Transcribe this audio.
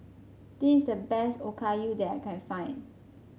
this is the best Okayu that I can find